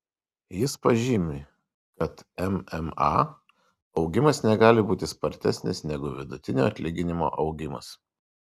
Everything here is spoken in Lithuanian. jis pažymi kad mma augimas negali būti spartesnis negu vidutinio atlyginimo augimas